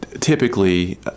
Typically